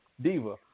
Diva